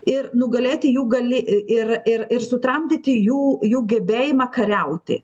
ir nugalėti jų gali ir ir ir sutramdyti jų jų gebėjimą kariauti